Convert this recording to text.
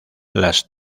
las